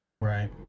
Right